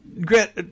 Grant